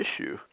issue